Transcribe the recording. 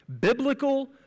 Biblical